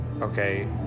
okay